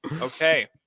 Okay